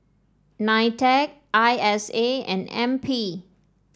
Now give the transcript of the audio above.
Nitec I S A and N P